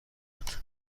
بود